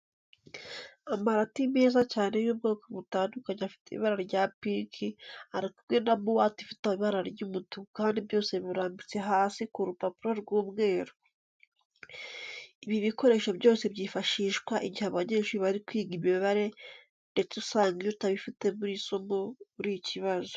Amarati meza cyane y'ubwoko butandukanye afite ibara rya pinki ari kumwe na buwate ifite ibara ry'umutuku kandi byose birambitse hasi ku rupapuro rw'umweru. Ibi bikoresho byose byifashishwa igihe abanyeshuri bari kwiga imibare ndetse usanga iyo utabifite muri iri somo ari ikibazo.